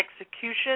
execution